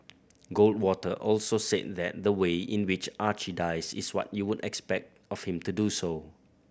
goldwater also said that the way in which Archie dies is what you would expect of him to do so